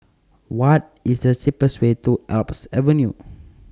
What IS The cheapest Way to Alps Avenue